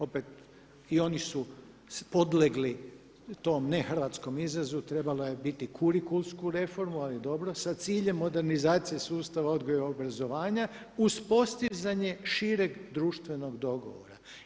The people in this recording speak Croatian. Opet i oni su podlegli tom ne hrvatskom izrazu, trebalo je biti kurikulsku reformu ali dobro, sa ciljem modernizacije sustava odgoja i obrazovanja, uz postizanje šireg društvenog dogovora.